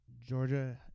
Georgia